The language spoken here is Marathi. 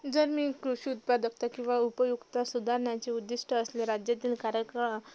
जर मी कृषिउत्पादकता किंवा उपयुक्त सुधारणांची उद्दिष्ट असले राज्यातील कार्यक्